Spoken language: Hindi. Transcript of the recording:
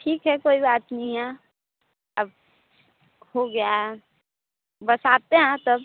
ठीक है कोई बात नहीं है अब हो गया बस आते हैं तब